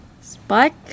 Spike